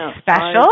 special